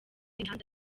imihanda